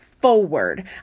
Forward